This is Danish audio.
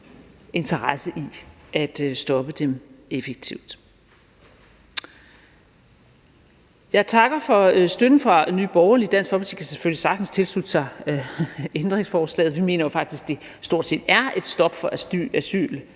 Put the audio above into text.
interesse i at stoppe dem effektivt. Jeg takker for støtten fra Nye Borgerlige. Dansk Folkeparti kan selvfølgelig sagtens tilslutte sig ændringsforslaget. Vi mener jo faktisk, at det stort set er et stop for